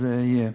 זה יהיה.